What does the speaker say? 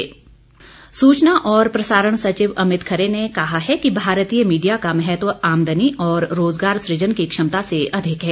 सूचना प्रसारण सचिव सूचना और प्रसारण सचिव अमित खरे ने कहा है कि भारतीय मीडिया का महत्व आमदनी और रोजगार सुजन की क्षमता से अधिक है